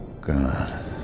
God